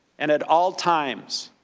and at all times,